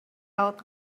out